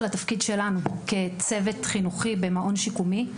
התפקיד שלנו כצוות חינוכי במעון שיקומי.